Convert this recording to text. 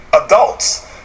adults